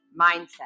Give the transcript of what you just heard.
mindset